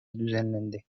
düzenlendi